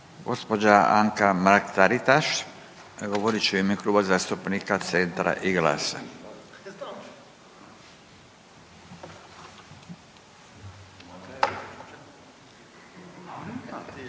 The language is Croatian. Gospođa Anka Mrak Taritaš govorit će u ime Kluba zastupnika Centra i GLAS-a.